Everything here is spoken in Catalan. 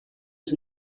els